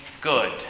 good